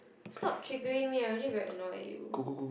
stop triggering me I already very annoyed with you